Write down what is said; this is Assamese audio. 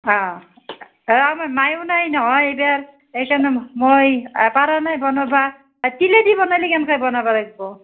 অঁ এই আমাৰ মায়ো নাই নহয় এইবাৰ সেইকাৰণে মই মই পৰা নাই বনাব তিলেদি বনালে কেনেকৈ বনাব লাগিব